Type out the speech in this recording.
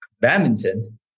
badminton